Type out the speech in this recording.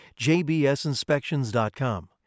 jbsinspections.com